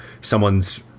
someone's